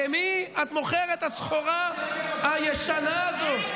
למי את מוכרת את הסחורה הישנה הזאת,